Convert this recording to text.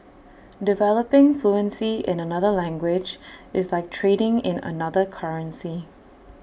developing fluency in another language is like trading in another currency